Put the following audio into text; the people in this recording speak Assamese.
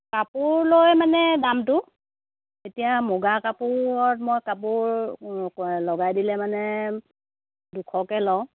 কাপোৰ লৈ মানে দামটো এতিয়া মুগা কাপোৰত মই কাপোৰ লগাই দিলে মানে দুশকৈ লওঁ